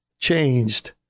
Changed